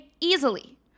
easily